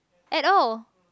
at all